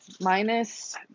Minus